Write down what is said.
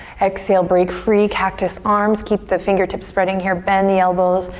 exhale, break free, cactus arms. keep the fingertips spreading here, bend the elbows.